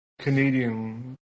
Canadian